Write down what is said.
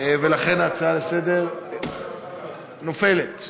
ולכן ההצעה לסדר-היום נופלת.